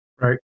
Right